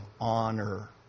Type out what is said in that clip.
honor